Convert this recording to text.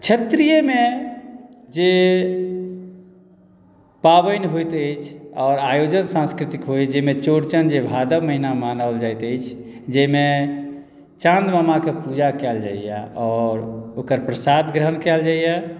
क्षेत्रीयमे जे पाबनि होइत अछि आओर आयोजन सांस्कृतिक होइत अछि जाहिमे चौड़चन जे भादव महीनामे मनाओल जाइत अछि जाहिमे चाँद मामाकेँ पुजा कयल जाइया आओर ओकर प्रसाद ग्रहण कयल जाइया